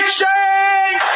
change